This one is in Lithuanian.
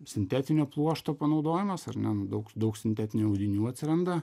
sintetinio pluošto panaudojimas ar ne daug daug sintetinių audinių atsiranda